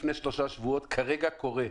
לפני שלושה שבועות כרגע קורה ואמרתי: